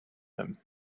him